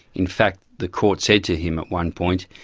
in fact, the court said to him at one point,